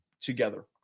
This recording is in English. together